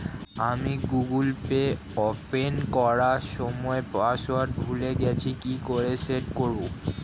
আমি Google Pay open করার সময় পাসওয়ার্ড ভুলে গেছি কি করে সেট করব?